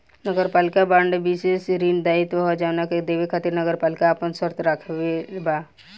नगरपालिका बांड विशेष ऋण दायित्व ह जवना के देवे खातिर नगरपालिका आपन शर्त राखले बा